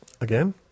Again